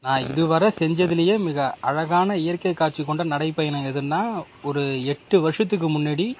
நான் இது வரை செஞ்சதுலையே மிக அழகான இயற்கை காட்சி கொண்ட நடைப்பயணம் எதுன்னா ஒரு எட்டு வருஷத்துக்கு முன்னாடி